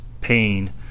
pain